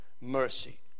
mercy